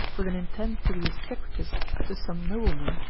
with an intent to be a secretis to some nobleman,